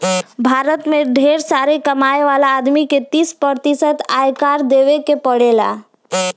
भारत में ढेरे कमाए वाला आदमी के तीस प्रतिशत आयकर देवे के पड़ेला